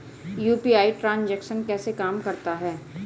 UPI transaction कैसे काम करता है?